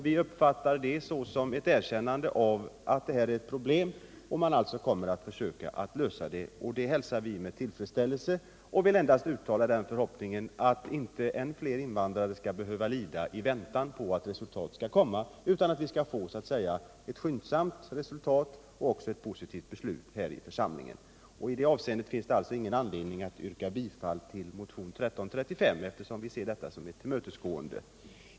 Vi uppfattar det som ett erkännande av att detta är ett problem. Man kommer alltså att försöka lösa problemet, och det hälsar vi med tillfredsställelse. Vi vill endast uttala den förhoppningen att inte ännu fler invandrare skall behöva lida i väntan på att resultat skall komma utan att vi skall få ett skyndsamt resultat och ett positivt beslut i denna församling. I det avseendet finns det alltså ingen anledning att yrka bifall till motionen 1335, eftersom vi ser yttrandet som ett tillmötesgående.